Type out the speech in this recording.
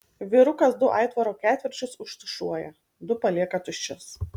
vyrukas du aitvaro ketvirčius užtušuoja du palieka tuščius